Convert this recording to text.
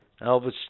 Elvis